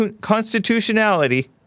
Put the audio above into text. constitutionality